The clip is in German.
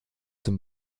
zum